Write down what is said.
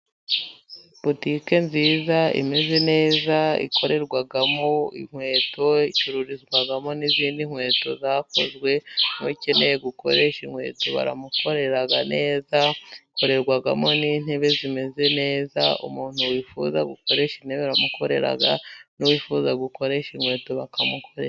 Butike nziza, imeze neza, ikorerwamo inkweto, icururizwamo n'izindi nkweto zakozwe n'ukeneye gukoresha inkweto baramukorera neza, ikorerwamo n'intebe zimeze neza. Umuntu wifuza gukoresha intebe rero baramukorera, n'uwifuza gukoresha inkweto bakamukorera.